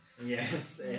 Yes